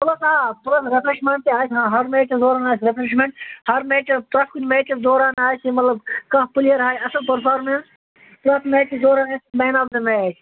plus آ plus refreshment تہِ آسہِ ہاں ہر میچَس دوران آسہِ رِفریشمٮ۪نٛٹ ہر میچَس پرٛٮ۪تھ کُنہِ میچَس دوران آسہِ مطلب کانٛہہ پلیر ہایہِ اَصٕل پٔرفارمٮ۪نٕس پرٛتھ میچَس دوران آسہِ مین آف دَ میچ